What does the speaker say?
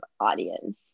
audience